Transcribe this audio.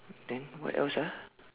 then what else ah